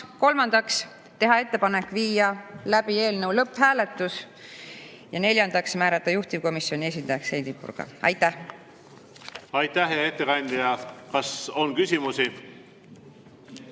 kolmandaks, teha ettepanek viia läbi eelnõu lõpphääletus, ja neljandaks, määrata juhtivkomisjoni esindajaks Heidy Purga. Aitäh! Aitäh, hea ettekandja! Kas on küsimusi?